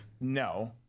No